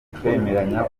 byafasha